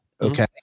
okay